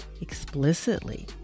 explicitly